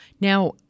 Now